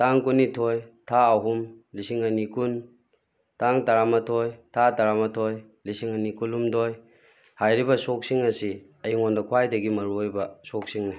ꯇꯥꯡ ꯀꯨꯟꯅꯤꯊꯣꯏ ꯊꯥ ꯑꯍꯨꯝ ꯂꯤꯁꯤꯡ ꯑꯅꯤ ꯀꯨꯟ ꯇꯥꯡ ꯇꯔꯥ ꯃꯥꯊꯣꯏ ꯊꯥ ꯇꯔꯥ ꯃꯥꯊꯣꯏ ꯂꯤꯁꯤꯡ ꯑꯅꯤ ꯀꯨꯟꯍꯨꯝꯗꯣꯏ ꯍꯥꯏꯔꯤꯕ ꯁꯣꯛꯁꯤꯡ ꯑꯁꯤ ꯑꯩꯉꯣꯟꯗ ꯈ꯭ꯋꯥꯏꯗꯒꯤ ꯃꯔꯨ ꯑꯣꯏꯕ ꯁꯣꯛꯁꯤꯡꯅꯤ